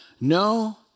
no